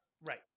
Right